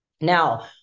Now